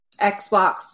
Xbox